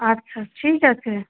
আচ্ছা ঠিক আছে